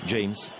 James